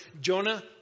Jonah